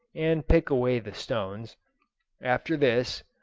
and pick away the stones after this,